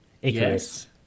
Yes